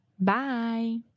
Bye